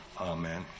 amen